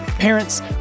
Parents